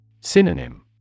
Synonym